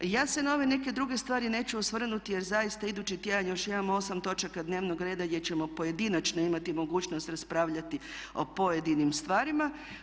Ja se na ove neke druge stvari neću osvrnuti jer zaista idući tjedan još imamo 8 točaka dnevnog reda gdje ćemo pojedinačno imati mogućnost raspravljati o pojedinim stvarima.